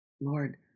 Lord